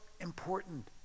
important